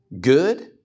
good